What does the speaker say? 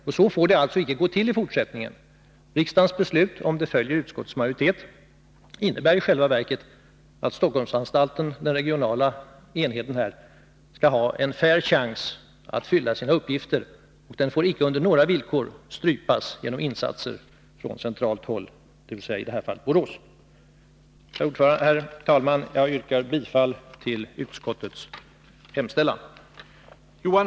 Det får naturligtvis icke ske i fortsättningen. Riksdagens beslut — om det följer utskottsmajoritetens förslag — innebär i själva verket att Stockholm skall ha en fair chans att fylla sina uppgifter. Den får icke på några villkor strypas genom insatser från centralt håll — i det här fallet från Borås. Herr talman! Jag yrkar bifall till utskottets hemställan.